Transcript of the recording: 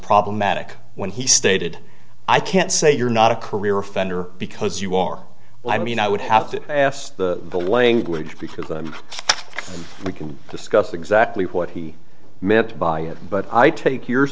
problematic when he stated i can't say you're not a career offender because you are well i mean i would have to ask the the language because we can discuss exactly what he meant by it but i take your